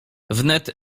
wnet